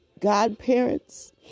godparents